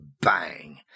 bang